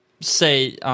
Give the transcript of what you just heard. say